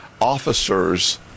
officers